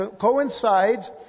coincides